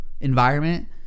Environment